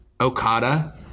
Okada